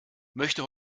möchte